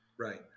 Right